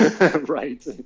Right